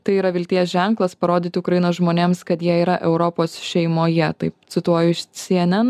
tai yra vilties ženklas parodyti ukrainos žmonėms kad jie yra europos šeimoje cituoju iš cnn